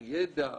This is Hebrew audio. ידע,